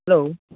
hello